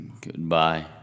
goodbye